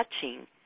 touching